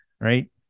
right